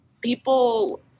people